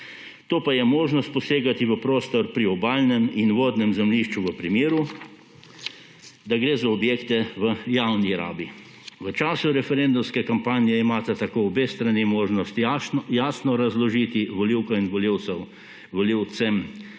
To pa je možnost posegati v prostor, priobalnem in vodnem zemljišču, v primeru, da gre za objekte v javni rabi. V času referendumske kampanje imata tako obe strani možnost jasno razložiti volivkam in volivcem,